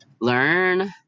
learn